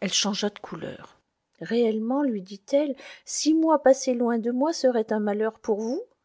elle changea de couleur réellement lui dit-elle six mois passés loin de moi seraient un malheur pour vous